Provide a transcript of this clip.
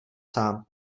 sám